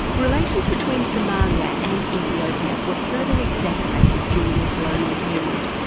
relations between somalia and ethiopia were further exacerbated during the colonial period,